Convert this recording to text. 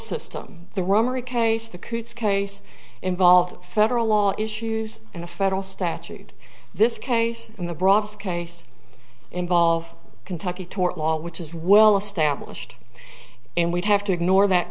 case the coots case involved federal law issues and a federal statute this case in the broadest case involve kentucky tort law which is well established and we'd have to ignore that